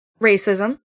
racism